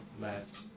left